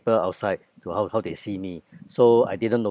people outside to how how they see me so I didn't